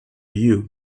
you